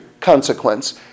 consequence